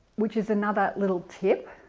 which is another little tip